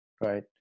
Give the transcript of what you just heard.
right